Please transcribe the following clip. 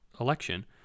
Election